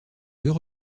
deux